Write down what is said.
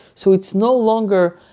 so it's no longer,